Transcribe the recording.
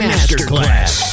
Masterclass